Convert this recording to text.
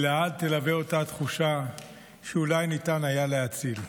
ולעד תלווה אותה התחושה שאולי ניתן היה להציל.